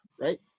right